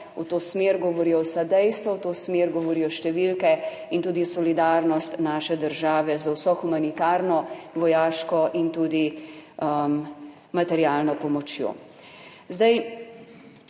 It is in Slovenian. v to smer govorijo vsa dejstva, v to smer govorijo številke in tudi solidarnost naše države z vso humanitarno, vojaško in tudi materialno pomočjo.